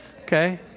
Okay